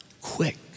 quick